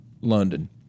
London